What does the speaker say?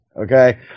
Okay